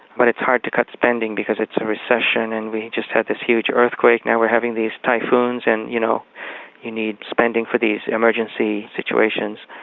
but it's hard to cut spending because it's a recession and we just had this huge earthquake, now we're having these typhoons, and you know you need spending for these emergency situations.